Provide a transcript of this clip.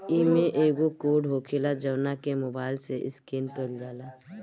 इमें एगो कोड होखेला जवना के मोबाईल से स्केन कईल जाला